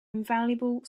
invaluable